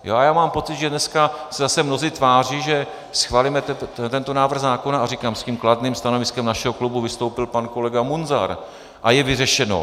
Já mám pocit, že dneska se zase mnozí tváří, že schválíme tento návrh zákona a říkám, s tím kladným stanoviskem našeho klubu vystoupil pan kolega Munzar a je vyřešeno.